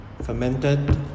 fermented